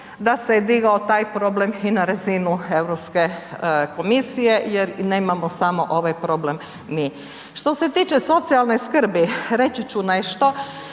Da se je digao taj problem i na razinu EU komisije jer nemamo samo ovaj problem mi. Što se tiče socijalne skrbi, reći ću nešto.